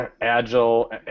agile